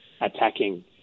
attacking